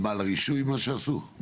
על מה שעשו על הרישוי?